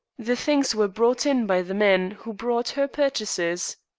the things were brought in by the men who brought her purchases.